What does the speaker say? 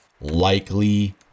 likely